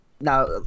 Now